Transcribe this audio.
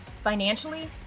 financially